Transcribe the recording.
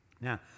Now